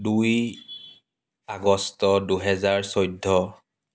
দুই আগষ্ট দুহেজাৰ চৈধ্য